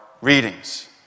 readings